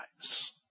lives